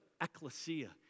ecclesia